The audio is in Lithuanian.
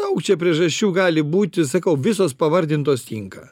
daug čia priežasčių gali būti sakau visos pavardintos tinka